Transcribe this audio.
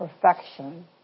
perfection